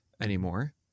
anymore